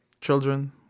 Children